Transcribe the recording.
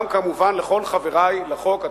גם כמובן לכל חברי לחוק,